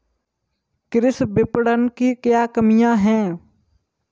कृषि विपणन की क्या कमियाँ हैं?